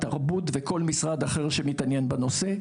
התרבות וכל משרד אחר שמתעניין בנושא,